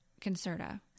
Concerta